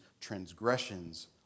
transgressions